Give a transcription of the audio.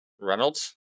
Reynolds